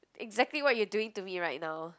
exactly what you doing to me right now